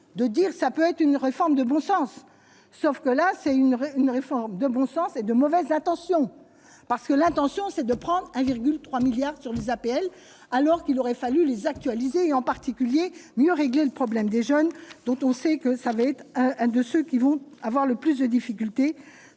de dire, ça peut être une réforme de bon sens, sauf que là, c'est une vraie, une réforme de bon sens et de mauvaises intentions, parce que l'intention, c'est de prendre 1,3 milliard sur les APL, alors qu'il aurait fallu les actualiser et, en particulier mieux régler le problème des jeunes dont on sait que ça va être un de ceux qui vont avoir le plus de difficultés